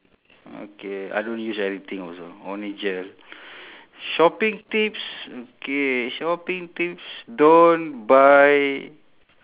okay I don't use anything also only gel shopping tips okay shopping tips don't buy